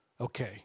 Okay